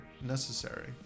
necessary